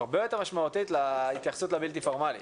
הרבה יותר משמעותית לחינוך הבלתי פורמלי.